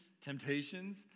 temptations